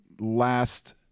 last